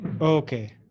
Okay